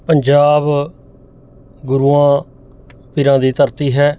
ਪੰਜਾਬ ਗੁਰੂਆਂ ਪੀਰਾਂ ਦੀ ਧਰਤੀ ਹੈ